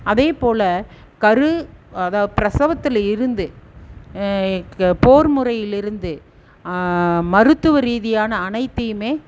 அதேப்போல் கரு அதாவது பிரசவத்திலயிருந்து போர் முறையிலிருந்து மருத்துவ ரீதியான அனைத்தையுமே